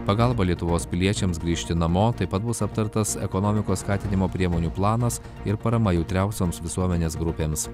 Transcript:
pagalbą lietuvos piliečiams grįžti namo taip pat bus aptartas ekonomikos skatinimo priemonių planas ir parama jautriausioms visuomenės grupėms